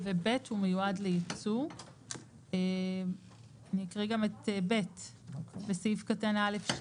(ב)הוא מיועד לייצוא.;" אקריא גם את (ב): "(ב)בסעיף קטן (א2):